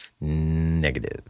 negative